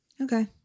Okay